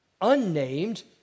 unnamed